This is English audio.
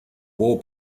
war